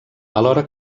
alhora